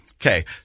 Okay